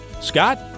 Scott